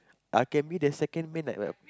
I can be the second man like a